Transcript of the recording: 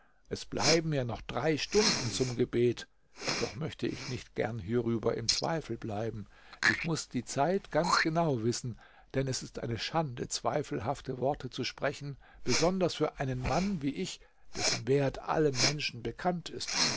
es bleiben ja doch drei stunden zum gebet doch möchte ich nicht gern hierüber im zweifel bleiben ich muß die zeit ganz genau wissen denn es ist eine schande zweifelhafte worte zu sprechen besonders für einen mann wie ich dessen wert allen menschen bekannt ist